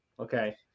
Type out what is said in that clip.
Okay